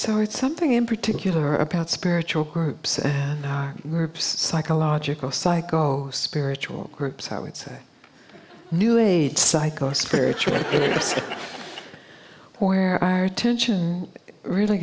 so it's something in particular about spiritual groups and groups psychological psycho spiritual groups i would say new age psycho spiritual where are tension really